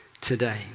today